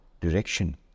direction